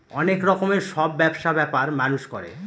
অনেক রকমের সব ব্যবসা ব্যাপার মানুষ করে